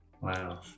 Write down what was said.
Wow